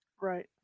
right